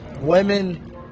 women